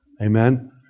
Amen